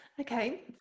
Okay